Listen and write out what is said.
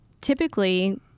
typically